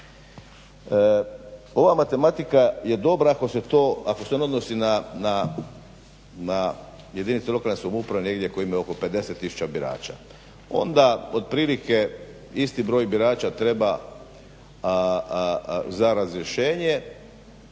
Ova matematika je dobra ako se to, ako se ono odnosi na jedinicu lokalne samouprave negdje koji imaju oko 50 tisuća birača, onda otprilike isti broj birača treba za razrješenje